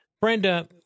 Brenda